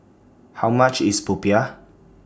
How much IS Popiah